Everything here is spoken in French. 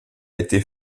été